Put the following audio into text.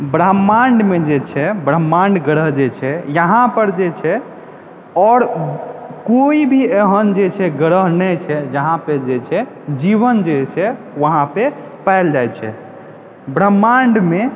ब्रह्माण्ड मे जे छै ब्रह्माण्ड ग्रह जे छै यहाँ पर जे छै आओर कोई भी एहन जे छै ग्रह नहि छै जहाँ पर जे छै जीवन जे छै वहाँ पे पायल जाइ छै ब्रह्माण्ड मे